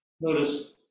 notice